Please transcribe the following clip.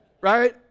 Right